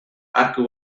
arku